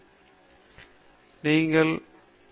இது ஒரு சிறந்த உதாரணமாக இருக்கிறது